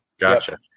gotcha